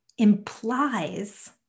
implies